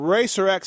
RacerX